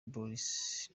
boris